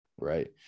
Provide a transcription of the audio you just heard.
Right